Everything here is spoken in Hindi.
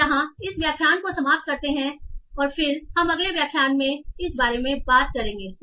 तो यहां इस व्याख्यान को समाप्त करते हैं का और फिर हम अगले व्याख्यान में इस बारे में बात करेंगे